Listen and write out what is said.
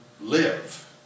live